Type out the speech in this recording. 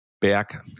back